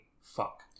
Fuck